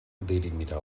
dirimirà